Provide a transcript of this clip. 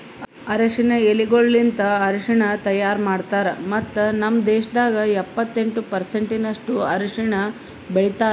ಅರಶಿನ ಎಲಿಗೊಳಲಿಂತ್ ಅರಶಿನ ತೈಯಾರ್ ಮಾಡ್ತಾರ್ ಮತ್ತ ನಮ್ ದೇಶದಾಗ್ ಎಪ್ಪತ್ತೆಂಟು ಪರ್ಸೆಂಟಿನಷ್ಟು ಅರಶಿನ ಬೆಳಿತಾರ್